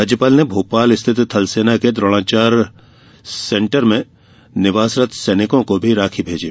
राज्यपाल ने भोपाल स्थित थलसेना के द्रोणाचल सेंटर में निवासरत सैनिकों को भी राखी भेजी